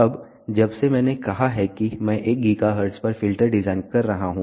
अब जब से मैंने कहा कि मैं 1 GHz पर फिल्टर डिजाइन कर रहा हूं